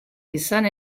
izan